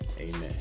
Amen